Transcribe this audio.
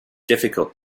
difficult